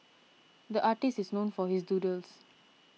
the artist is known for his doodles